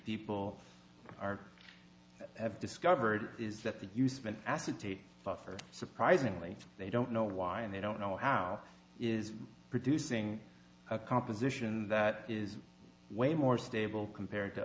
people are i have discovered is that the use of an acetate buffer surprisingly they don't know why and they don't know how is producing a composition that is way more stable compared to